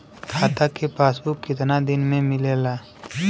खाता के पासबुक कितना दिन में मिलेला?